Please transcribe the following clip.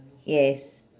yes